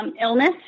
illness